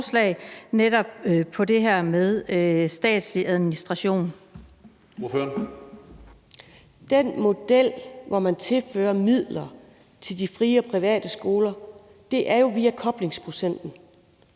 Den model, hvor man tilfører midler til de frie og private skoler, foregår jo via koblingsprocenten.